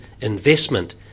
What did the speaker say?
investment